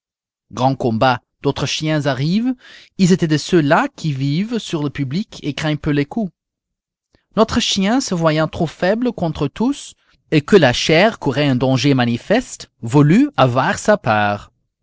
grand combat d'autres chiens arrivent ils étaient de ceux-là qui vivent sur le public et craignent peu les coups notre chien se voyant trop faible contre eux tous et que la chair courait un danger manifeste voulut avoir sa part